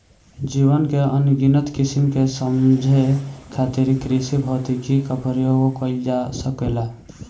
जीवन के अनगिनत किसिम के समझे खातिर कृषिभौतिकी क प्रयोग कइल जा सकेला